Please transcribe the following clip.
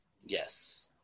Yes